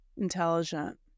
intelligent